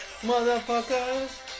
motherfuckers